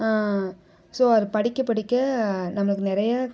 so அது படிக்க படிக்க நம்மளுக்கு நிறைய